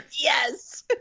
yes